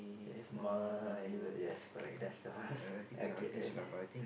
if my y~ yes correct that's the okay and then